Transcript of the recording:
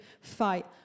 fight